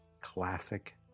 classic